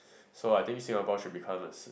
so I think Singapore should become the